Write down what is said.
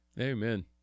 Amen